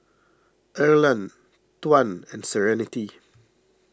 Erland Tuan and Serenity